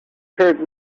hurt